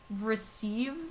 receive